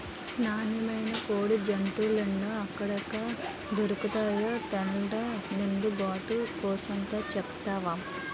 నాన్నమైన కోడి జాతులేటో, అయ్యెక్కడ దొర్కతాయో తెల్డం నేదు బాబు కూసంత సెప్తవా